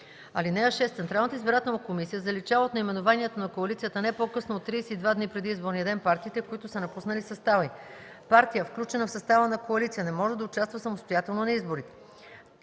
ден. (6) Централната избирателна комисия заличава от наименованието на коалицията не по-късно от 32 дни преди изборния ден партиите, които са напуснали състава й. (7) Партия, включена в състава на коалиция, не може да участва самостоятелно на изборите.